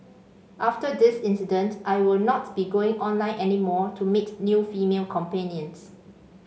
after this incident I will not be going online any more to meet new female companions